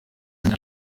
sind